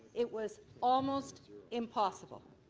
it was almost impossible.